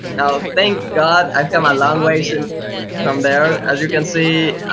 now, thank god i've come a long way so and from there, as you can see,